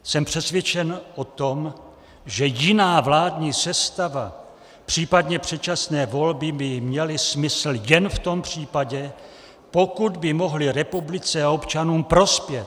Jsem přesvědčen o tom, že jiná vládní sestava, příp. předčasné volby by měly smysl jen v tom případě, pokud by mohly republice a občanům prospět.